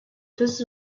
does